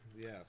Yes